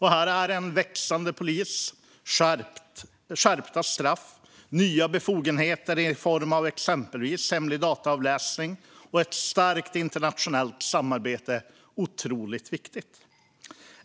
Här är en växande polis, skärpta straff, nya befogenheter i form av exempelvis hemlig dataavläsning och ett starkt internationellt samarbete otroligt viktigt.